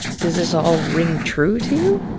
does this all ring true to you?